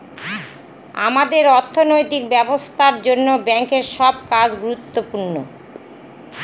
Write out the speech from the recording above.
আমাদের অর্থনৈতিক ব্যবস্থার জন্য ব্যাঙ্কের সব কাজ গুরুত্বপূর্ণ